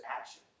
action